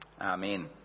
Amen